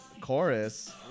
chorus